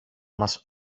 μας